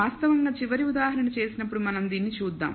వాస్తవంగా చివరి ఉదాహరణ చేసినప్పుడు మనం దీన్ని చూద్దాం